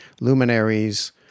luminaries